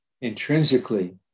intrinsically